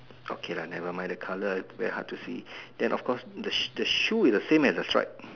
okay lah never mind the colour very hard to see then of course the the shoe is same as the stripe